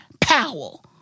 Powell